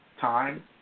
time